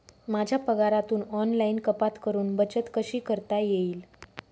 माझ्या पगारातून ऑनलाइन कपात करुन बचत कशी करता येईल?